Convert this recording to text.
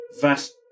vast